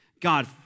God